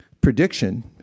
prediction